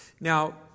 Now